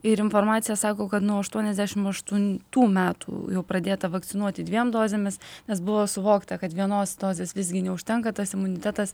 ir informacija sako kad nuo aštuoniasdešim aštuntų metų jau pradėta vakcinuoti dviem dozėmis nes buvo suvokta kad vienos dozės visgi neužtenka tas imunitetas